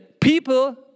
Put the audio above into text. people